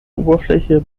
oberfläche